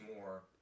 more